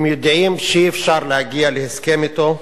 הם יודעים שאי-אפשר להגיע להסכם אתו,